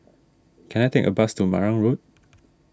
can I take a bus to Marang Road